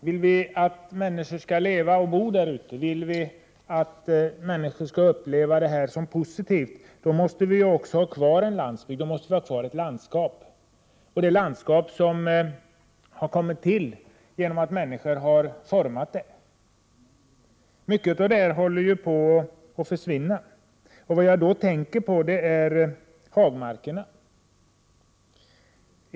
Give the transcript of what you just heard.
Vill vi att människor skall leva och bo där ute, att de skall uppleva det som positivt, måste vi också ha kvar en landsbygd och ett landskap, som har kommit till genom att människor har format det. Mycket av detta håller på att försvinna. Jag tänker då på hagmarkerna.